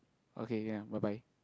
okay can bye bye